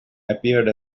appeared